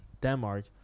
denmark